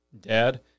dad